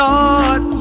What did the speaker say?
Lord